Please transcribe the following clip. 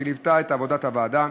שליוותה את עבודת הוועדה